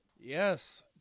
Yes